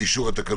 מי נגד?